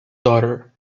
daughter